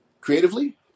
creatively